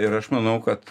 ir aš manau kad